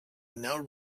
now